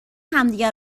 همدیگه